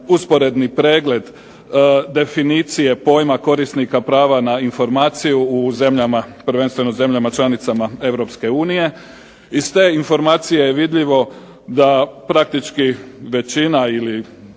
usporedni pregled definicije pojma korisnika prava na informaciju prvenstveno u zemljama članicama Europske unije. Iz te informacije je vidljivo da praktički većina ili